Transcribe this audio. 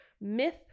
myth